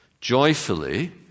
joyfully